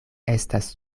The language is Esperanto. estas